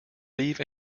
leave